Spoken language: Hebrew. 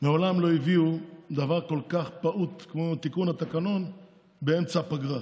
מעולם לא הביאו דבר כל כך פעוט כמו תיקון התקנון באמצע הפגרה.